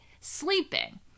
sleeping